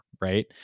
Right